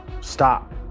stop